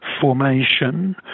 formation